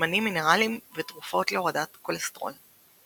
שמנים מינרלים ותרופות להורדת כולסטרול.